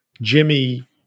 Jimmy